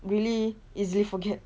really easily forget